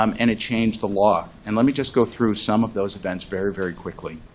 um and it changed the law. and let me just go through some of those events very, very quickly.